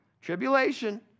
Tribulation